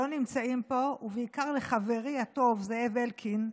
שלא נמצאים פה, ובעיקר לחברי הטוב זאב אלקין,